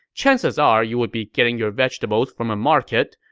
chances are you would be getting your vegetables from a market,